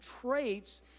traits